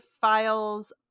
files